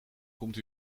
komt